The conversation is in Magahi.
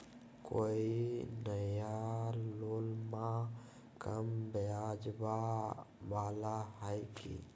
कोइ नया लोनमा कम ब्याजवा वाला हय की?